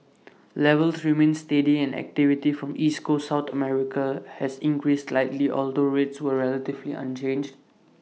levels remained steady and activity from East Coast south America has increased slightly although rates were relatively unchanged